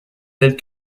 telles